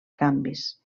canvis